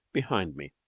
behind me,